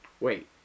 wait